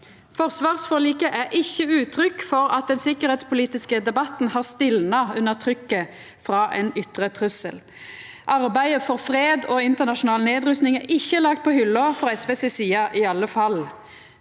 Forsvarsforliket er ikkje uttrykk for at den sikkerheitspolitiske debatten har stilna under trykket frå ein ytre trussel. Arbeidet for fred og internasjonal nedrusting er ikkje lagt på hylla, i alle fall